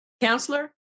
counselor